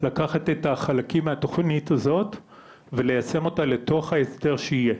לקחת את החלקים מהתוכנית הזאת וליישם אותה לתוך ההיתר שיהיה.